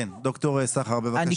ד"ר סחר, בבקשה.